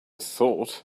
thought